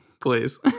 please